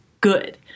good